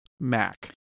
mac